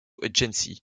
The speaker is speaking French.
agency